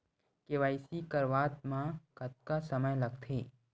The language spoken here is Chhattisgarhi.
के.वाई.सी करवात म कतका समय लगथे?